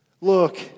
Look